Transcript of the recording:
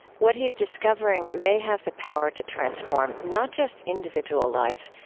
what he's discovering may have the power to transform not just individual lives,